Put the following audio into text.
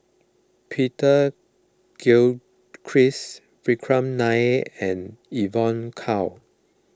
Peter Gilchrist Vikram Nair and Evon Kow